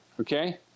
okay